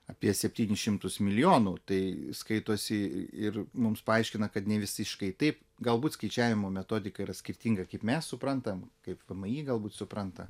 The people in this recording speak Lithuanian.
apie septynis šimtus milijonų tai skaitosi ir mums paaiškina kad nevisiškai taip galbūt skaičiavimo metodika yra skirtinga kaip mes suprantam kaip vmi galbūt supranta